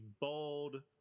bald